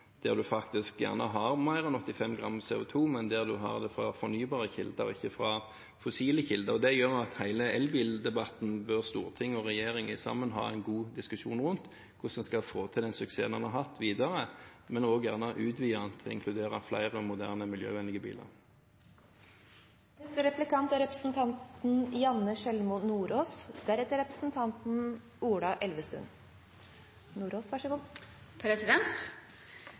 der man faktisk gjerne har mer enn 85 gram CO2, men der man har det fra fornybare kilder og ikke fra fossile kilder. Det gjør at Stortinget og regjeringen sammen bør ha en god diskusjon om hele elbildebatten – hvordan en videre skal få til den suksessen en har hatt, men også gjerne utvide den til å inkludere flere moderne miljøvennlige biler. Jeg er